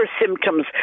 symptoms